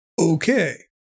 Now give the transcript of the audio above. Okay